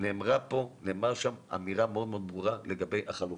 נאמרה שם אמירה מאוד מאוד ברורה לגבי החלופות.